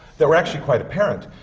that were actually quite apparent,